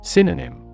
Synonym